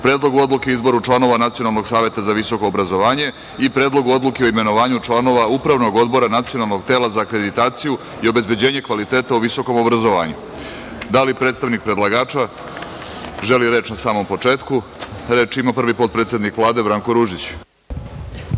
Predlogu odluke o izboru članova Nacionalnog saveta za visoko obrazovanje i Predlogu odluke o imenovanju članova Upravnog odbora Nacionalnog tela za akreditaciju i obezbeđenje kvaliteta o visokom obrazovanju. Da li predstavnik predlagača želi reč na samom početku? (Da.)Reč ima prvi potpredsednik Vlade Branko